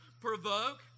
provoke